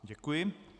Děkuji.